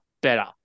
better